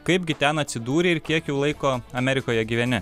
kaipgi ten atsidūrei ir kiek jau laiko amerikoje gyveni